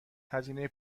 هزینه